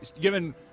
Given